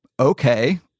okay